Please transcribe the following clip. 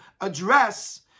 address